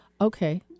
okay